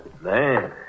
Man